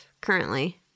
currently